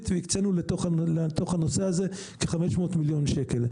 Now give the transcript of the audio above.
והקצינו לתוך הנושא הזה כ-500 מיליון שקל.